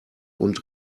und